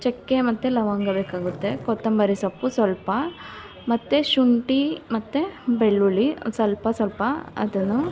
ಚಕ್ಕೆ ಮತ್ತೆ ಲವಂಗ ಬೇಕಾಗುತ್ತೆ ಕೊತ್ತಂಬರಿ ಸೊಪ್ಪು ಸ್ವಲ್ಪ ಮತ್ತೆ ಶುಂಠಿ ಮತ್ತೆ ಬೆಳ್ಳುಳ್ಳಿ ಒಂದು ಸ್ವಲ್ಪ ಸ್ವಲ್ಪ ಅದನ್ನು